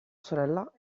sorella